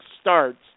starts